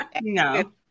No